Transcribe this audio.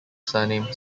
surname